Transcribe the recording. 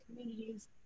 communities